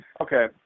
Okay